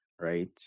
right